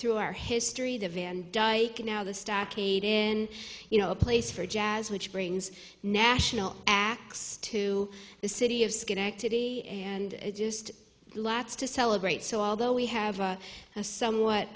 through our history the vandyke now the stockade in you know a place for jazz which brings national acts to the city of schenectady and just lats to celebrate so although we have a somewhat